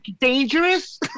dangerous